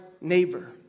neighbor